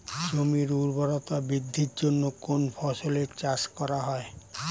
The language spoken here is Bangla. জমির উর্বরতা বৃদ্ধির জন্য কোন ফসলের চাষ করা হয়?